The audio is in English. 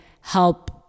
help